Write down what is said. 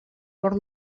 por